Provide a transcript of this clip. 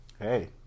Hey